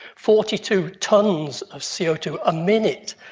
forty two tonnes of c o two a minute.